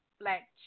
black